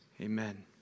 Amen